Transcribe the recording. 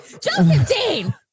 Josephine